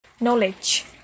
Knowledge